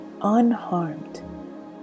unharmed